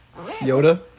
Yoda